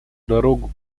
дорогу